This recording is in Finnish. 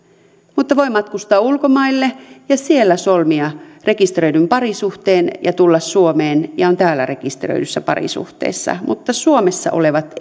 mutta voi matkustaa ulkomaille ja siellä solmia rekisteröidyn parisuhteen ja tulla suomeen ja on täällä rekisteröidyssä parisuhteessa mutta suomessa olevat